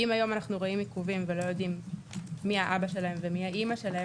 אם אנחנו רואים עיכובים ולא יודעים מי האמא והאבא שלהם